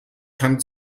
kann